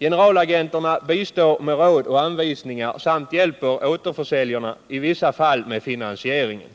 Generalagenterna bistår med råd och anvisningar samt hjälper återförsäljarna i vissa fall med finansieringen.